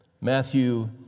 Matthew